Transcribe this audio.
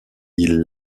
ils